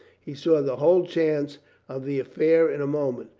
he saw the whole chance of the affair in a moment.